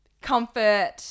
comfort